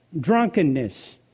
drunkenness